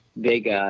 big